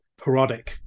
parodic